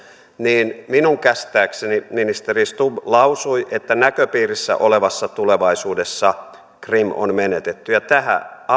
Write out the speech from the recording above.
niin minun käsittääkseni ministeri stubb lausui että näköpiirissä olevassa tulevaisuudessa krim on menetetty ja